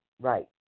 Right